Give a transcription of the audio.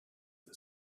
the